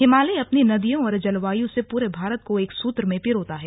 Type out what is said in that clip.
हिमालय अपनी नदियों और जलवायु से पूरे भारत को एक सूत्र में पिरोता है